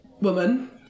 woman